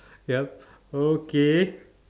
yup okay